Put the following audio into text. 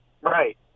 Right